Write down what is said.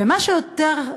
מה שיותר,